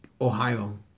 Ohio